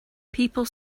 people